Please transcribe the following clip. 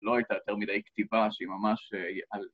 לא הייתה יותר מדי כתיבה שהיא ממש, אה... י-על